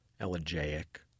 elegiac